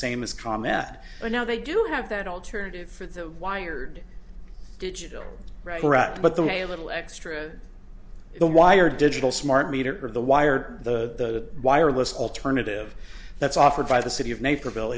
same as comment but now they do have that alternative for the wired digital right but the way a little extra the wire digital smart meter for the wired the wireless alternative that's offered by the city of naperville